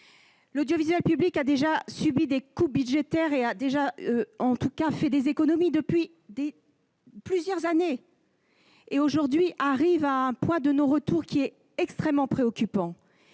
l'audiovisuel public a déjà subi des coupes budgétaires et réalisé des économies depuis plusieurs années. Aujourd'hui, il arrive à un point de non-retour extrêmement préoccupant.